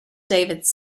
david’s